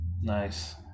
nice